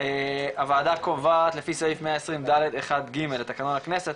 הוועדה קובעת לפי סעיף 10 ד' 1 ג' לתקנון הכנסת